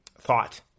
thought